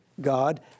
God